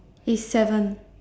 it's seven